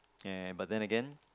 and but then again